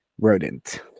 rodent